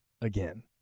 again